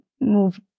move